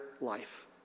life